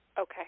okay